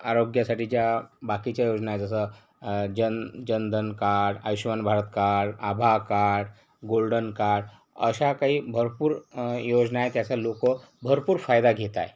आरोग्यासाठीच्या बाकीच्या योजना आहेत जसं Jan Jan Dhan card Ayushman Bharat card Abha card golden card अशा काही भरपूर योजना आहेत त्याचा लोकं भरपूर फायदा घेत आहेत